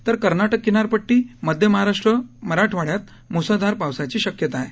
तर कर्नाटक किनारपट्टी मध्य महाराष्ट्र मराठवाड्यात म्सळधार पावसाची शक्यता आहे